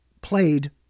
played